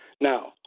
Now